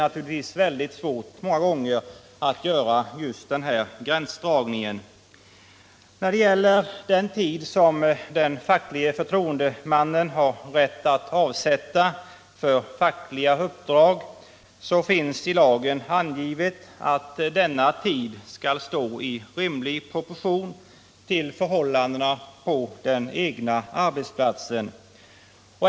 Vad beträffar den tid som den facklige förtroendemannen har rätt att avsätta för fackliga uppdrag finns i lagen angivet att denna tid skall stå i rimlig proportion till förhållandena på den egna arbetsplatsen.